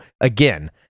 Again